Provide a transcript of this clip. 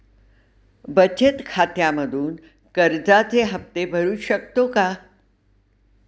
बचत खात्यामधून कर्जाचे हफ्ते भरू शकतो का?